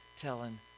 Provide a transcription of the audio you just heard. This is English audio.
telling